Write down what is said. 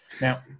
Now